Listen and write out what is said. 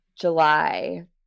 July